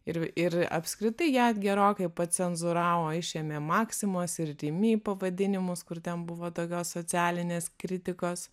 ir ir apskritai ją gerokai cenzūravo išėmė maksimos ir rimi pavadinimus kur ten buvo tokios socialinės kritikos